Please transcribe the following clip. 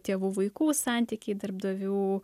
tėvų vaikų santykiai darbdavių